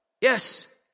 Yes